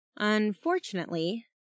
Unfortunately